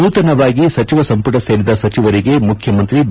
ನೂತನವಾಗಿ ಸಚಿವ ಸಂಪುಟ ಸೇರಿದ ಸಚಿವರಿಗೆ ಮುಖ್ಯಮಂತ್ರಿ ಬಿ